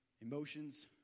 Emotions